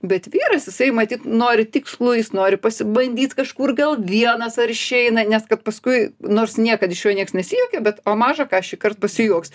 bet vyras jisai matyt nori tikslų jis nori pasibandyt kažkur gal vienas ar išeina nes kad paskui nors niekad iš jo niekas nesijuokia bet o maža ką šįkart pasijuoks